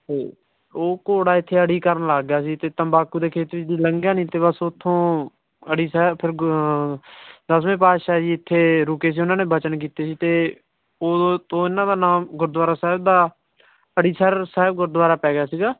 ਅਤੇ ਉਹ ਘੋੜਾ ਇੱਥੇ ਅੜੀ ਕਰਨ ਲੱਗ ਗਿਆ ਸੀ ਅਤੇ ਤੰਬਾਕੂ ਦੇ ਖੇਤ ਵਿੱਚ ਦੀ ਲੰਘਿਆ ਨਹੀਂ ਅਤੇ ਬਸ ਉੱਥੋਂ ਅੜੀ ਸਾਹਿਬ ਫਿਰ ਗ ਦਸਵੇਂ ਪਾਤਸ਼ਾਹ ਜੀ ਇੱਥੇ ਰੁਕੇ ਸੀ ਉਹਨਾਂ ਨੇ ਬਚਨ ਕੀਤੇ ਸੀ ਅਤੇ ਉਦੋਂ ਤੋਂ ਇਹਨਾਂ ਦਾ ਨਾਮ ਗੁਰਦੁਆਰਾ ਸਾਹਿਬ ਦਾ ਅੜੀਸਰ ਸਾਹਿਬ ਗੁਰਦੁਆਰਾ ਪੈ ਗਿਆ ਸੀਗਾ